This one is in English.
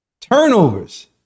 Turnovers